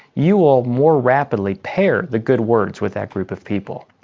you will more rapidly pair the good words with that group of people.